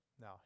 Now